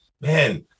man